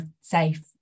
safe